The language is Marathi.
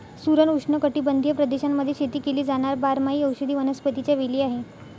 सुरण उष्णकटिबंधीय प्रदेशांमध्ये शेती केली जाणार बारमाही औषधी वनस्पतीच्या वेली आहे